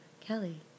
Kelly